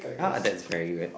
ah that's very weird